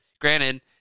Granted